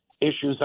issues